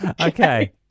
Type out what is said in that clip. Okay